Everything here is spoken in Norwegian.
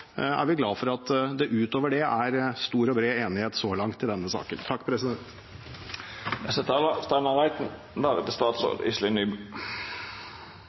glad for at det utover det er stor og bred enighet så langt i denne saken.